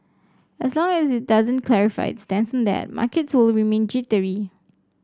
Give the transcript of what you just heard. as long as it doesn't clarify its stance that markets will remain jittery